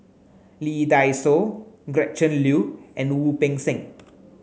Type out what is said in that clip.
Lee Dai Soh Gretchen Liu and Wu Peng Seng